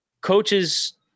coaches